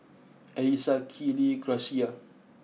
Elissa Keely Gracia